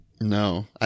No